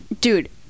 Dude